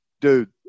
Dude